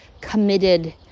committed